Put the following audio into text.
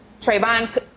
Trayvon